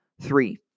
three